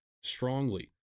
strongly